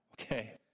okay